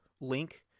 link